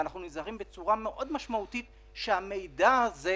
ואנחנו נזהרים בצורה משמעותית מאוד שהמידע הזה,